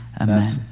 amen